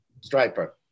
striper